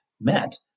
met